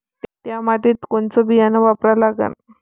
थ्या मातीत कोनचं बियानं वापरा लागन?